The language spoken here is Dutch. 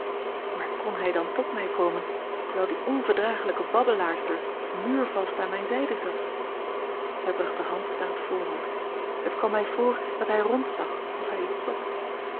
maar kon hij dan tot mij komen terwijl die onverdraaglijke babbelaarster muurvast aan mijne zijde zat hij bracht de hand naar het voorhoofd het kwam mij voor dat hij rondzag of hij iets zocht